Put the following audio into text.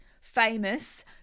famous